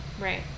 Right